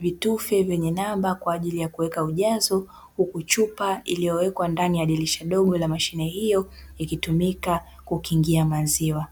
vitufe vyenye namba kwa ajili ya kuweka ujazo, huku chupa iliyowekwa ndani ya dirisha dogo la mashine hiyo ikitumika kukingia maziwa.